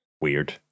weird